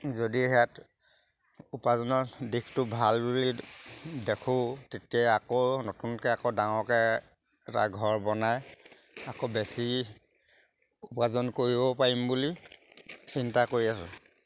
যদি সেয়াত উপাৰ্জনৰ দিশটো ভাল বুলি দেখোঁ তেতিয়া আকৌ নতুনকৈ আকৌ ডাঙৰকৈ এটা ঘৰ বনাই আকৌ বেছি উপাৰ্জন কৰিব পাৰিম বুলি চিন্তা কৰি আছোঁ